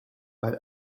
but